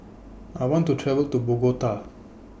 I want to travel to Bogota